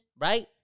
right